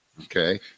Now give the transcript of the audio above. Okay